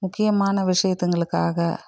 முக்கியமான விஷயத்துங்களுக்காக